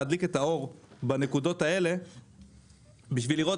להדליק את האור בנקודות האלה בשביל לראות